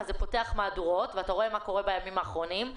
זה פותח מהדורות ואתה רואה מה קורה בימים האחרונים.